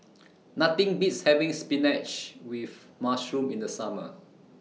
Nothing Beats having Spinach with Mushroom in The Summer